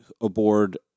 aboard